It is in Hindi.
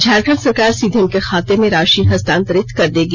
झारखंड सरकार सीधे उनके खाते में राशि हस्तांतरित कर देगी